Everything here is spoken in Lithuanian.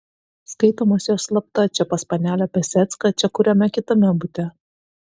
skaitomos jos slapta čia pas panelę piasecką čia kuriame kitame bute